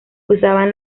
usaban